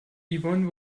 yvonne